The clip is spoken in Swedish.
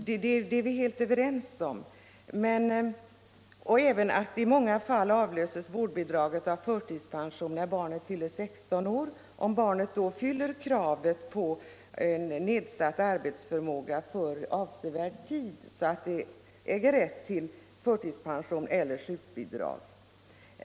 Det är socialministern och jag helt överens om, och vi är även överens om att vårdbidraget i många fall avlöses av förtidspension när barnet fyllt 16 år, om barnet då uppfyller kravet på nedsatt arbetsförmåga för avsevärd tid så att det äger rätt till förtidspension eller sjukbidrag.